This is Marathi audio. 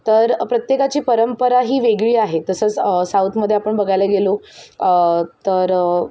तर प्रत्येकाची परंपरा ही वेगळी आहे तसंच साऊथमध्ये आपण बघायला गेलो तर